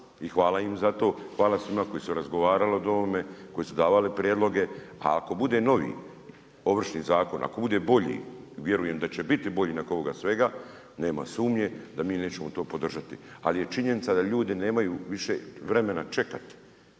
hvala im za to, hvala svima koji su razgovarali o ovome, koji su davali prijedloge. A ako bude novi, Ovršni zakon, ako bude bolji, vjerujem da će biti bolji nakon ovoga svega, nema sumnje da mi nećemo to podržati. Ali je činjenica da ljudi nemaju više vremena čekati